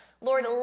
Lord